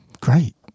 great